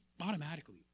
automatically